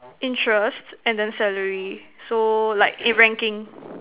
interests and then salary so like in ranking